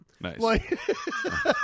Nice